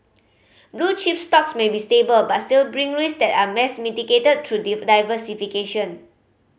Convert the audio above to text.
blue chip stocks may be stable but still bring risk that are best mitigated through diversification